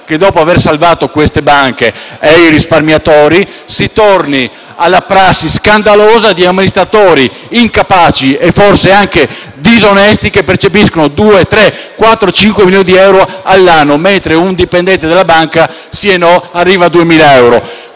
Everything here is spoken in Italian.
che dopo aver salvato le banche e i risparmiatori si torni alla prassi scandalosa di amministratori incapaci e forse anche disonesti che percepiscono 2, 3, 4, 5 milioni di euro all'anno, mentre un dipendente della banca, sì e no, arriva a 2.000 euro